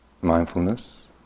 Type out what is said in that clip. Mindfulness